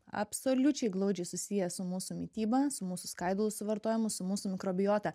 absoliučiai glaudžiai susiję su mūsų mityba su mūsų skaidulų suvartojimu su mūsų mikrobiota